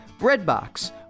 BREADBOX